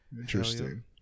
Interesting